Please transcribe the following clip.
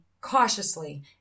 cautiously